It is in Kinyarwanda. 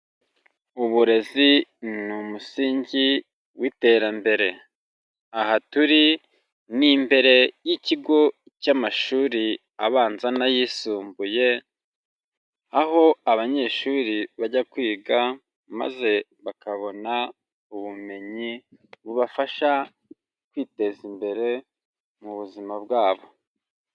Uburezi ni umusingi w'iterambere. Aha turi ni imbere y'ikigo cy'amashuri abanza n'ayisumbuye, aho abanyeshuri bajya kwiga, maze bakabona ubumenyi bubafasha kwiteza imbere, mu buzima bwabo.